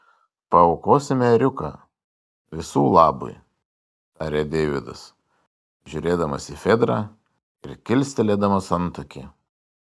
paaukosime ėriuką visų labui tarė deividas žiūrėdamas į fedrą ir kilstelėdamas antakį